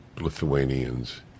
Lithuanians